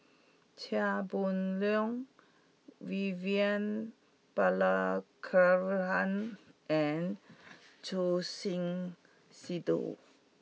Chia Boon Leong Vivian Balakrishnan and Choor Singh Sidhu